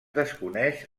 desconeix